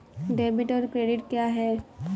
Debit और credit क्या है?